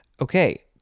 Okay